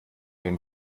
wenn